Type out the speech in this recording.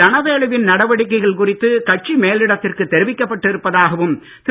தனவேலுவின் நடவடிகைகள் குறித்து கட்சி மேலிடத்திற்கு தெரிவிக்கப்பட்டு இருப்பதாகவும் திரு